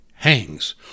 hangs